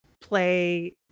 play